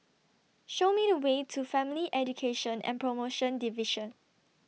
Show Me The Way to Family Education and promotion Division